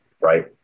right